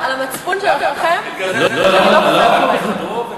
על המצפון שלכם שאני לא חוזרת לבית.